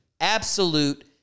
Absolute